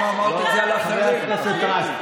חברת הכנסת גולן.